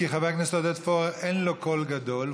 כי לחבר הכנסת עודד פורר אין קול גדול,